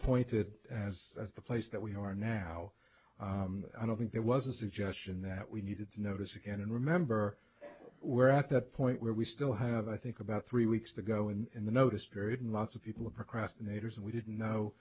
pointed as the place that we are now i don't think there was a suggestion that we needed to notice again and remember we're at that point where we still have i think about three weeks to go in the notice period and lots of people a procrastinator and we didn't know